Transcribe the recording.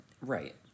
Right